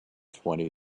twenty